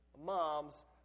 moms